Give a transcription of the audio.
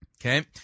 okay